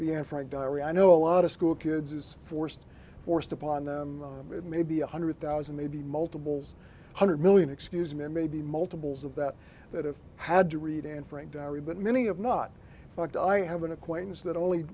n frank diary i know a lot of schoolkids is forced forced upon them maybe a hundred thousand maybe multiples hundred million excuse me maybe multiples of that that have had to read and frank gehry but many of not fact i have an acquaintance that only